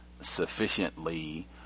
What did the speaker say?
sufficiently